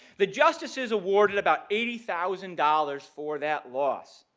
the justices awarded about eighty thousand dollars for that loss.